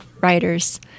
writers